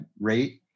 rate